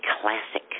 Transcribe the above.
classic